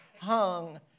hung